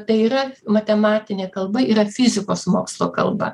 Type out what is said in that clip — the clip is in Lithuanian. tai yra matematinė kalba yra fizikos mokslo kalba